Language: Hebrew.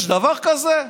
יש דבר כזה?